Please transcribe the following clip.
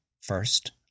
first